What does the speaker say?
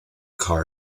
car